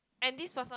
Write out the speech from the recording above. and this person